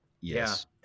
Yes